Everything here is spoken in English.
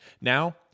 Now